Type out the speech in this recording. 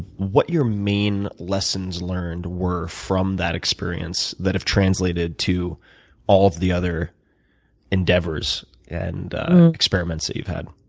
what your main lessons learned were from that experience that have translated to all of the other endeavors and experiments that you've had.